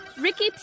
Ricky